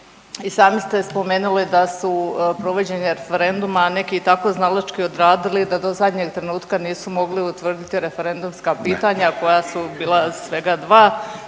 i sami ste spomenuli da su provođenje referenduma neki tako znalački odradili da do zadnjeg trenutka nisu mogli utvrditi referendumska pitanja koja su bila svega dva,